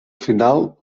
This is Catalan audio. final